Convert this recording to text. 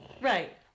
Right